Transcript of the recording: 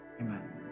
Amen